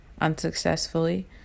unsuccessfully